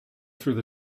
through